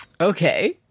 Okay